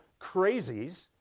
crazies